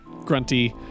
Grunty